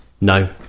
No